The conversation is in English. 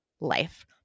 life